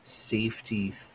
safety